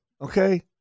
Okay